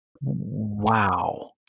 Wow